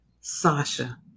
Sasha